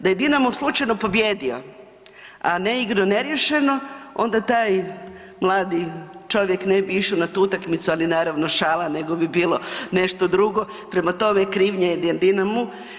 Da je Dinamo slučajno pobijedio a ne igrao neriješeno, onda taj mladi čovjek ne bi išao na tu utakmicu, ali naravno šala, nego bi bilo nešto drugo, prema tome, krivnja je Dinamu.